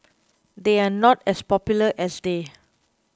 they are not as popular as they